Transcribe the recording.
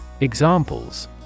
Examples